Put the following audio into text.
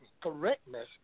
correctness